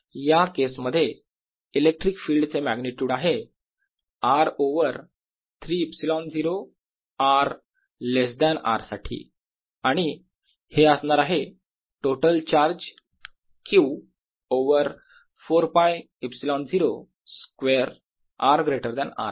या केस मध्ये electric field चे मॅग्निट्युड आहे r over 3 ε0 r less than R साठी आणि हे असणार आहे total charge Q over 4ㄫ ε0 square r greater than R साठी